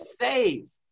save